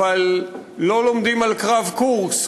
אבל לא לומדים על קרב קורסק,